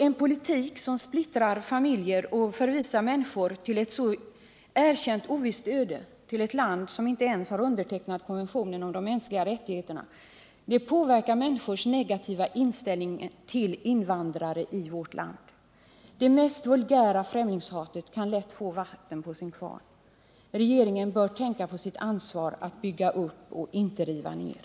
En politik som splittrar familjer och förvisar människor till ett erkänt ovisst öde, till ett land som inte ens undertecknat konventionen om de mänskliga rättigheterna, påverkar den negativa inställningen till invandrare i vårt land. Det mest vulgära främlingshatet kan lätt få vatten på sin kvarn. Regeringen bör tänka på sitt ansvar att bygga upp och inte riva ner.